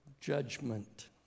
judgment